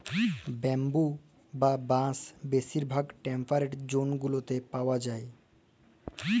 bamboo বা বাঁশ বেশির ভাগ টেম্পরেট জোল গুলাতে পাউয়া যায়